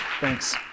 thanks